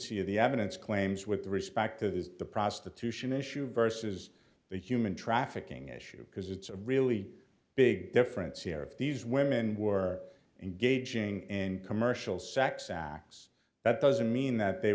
sufficiency of the evidence claims with respect to the prostitution issue versus the human trafficking issue because it's a really big difference here of these women were engaging in commercial sex acts that doesn't mean that they